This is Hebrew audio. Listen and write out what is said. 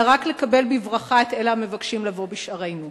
אלא רק לקבל בברכה את אלה המבקשים לבוא בשערינו.